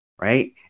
right